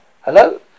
hello